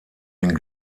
den